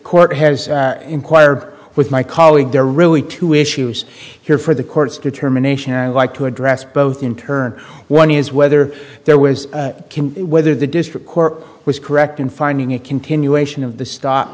court has inquired with my colleague there are really two issues here for the court's determination and like to address both in turn one is whether there was whether the district court was correct in finding a continuation of the sto